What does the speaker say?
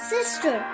Sister